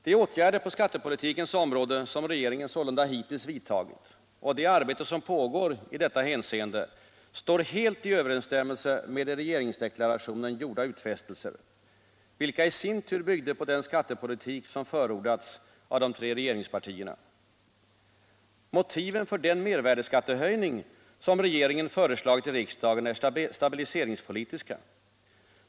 De åtgärder på skattepolitikens område som regeringen sålunda hittills vidtagit och det arbete som pågår i detta hänseende står helt i överensstämmelse med i regeringsdeklarationen gjorda utfästelser, vilka i sin tur byggde på den skattepolitik som förordats av de tre regeringspartierna. Motiven för den mervärdeskattehöjning som regeringen föreslagit i riksdagen är stabiliseringspolitiska.